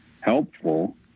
helpful